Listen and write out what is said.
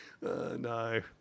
No